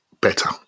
better